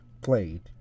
played